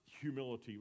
humility